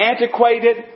antiquated